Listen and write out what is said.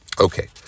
Okay